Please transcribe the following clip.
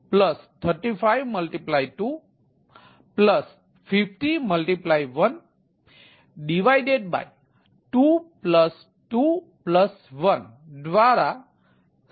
અને તે 152352501221દ્વારા સરેરાશ મૂલ્યની ગણતરી કરે છે